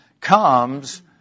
comes